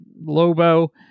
Lobo